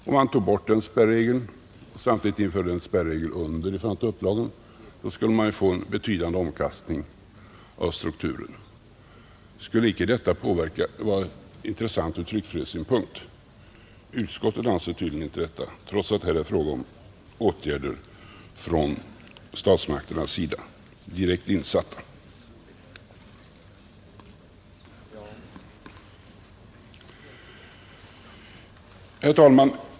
Om man tog bort den spärregeln och samtidigt införde en spärregel nedåt i förhållande till upplagan, så skulle man få en betydande omkastning av strukturen, Skulle detta icke vara intressant ur tryckfrihetssynpunkt? Utskottet anser tydligen inte det, trots att det här är fråga om direkt insatta åtgärder från statsmakternas sida. Herr talman!